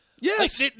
Yes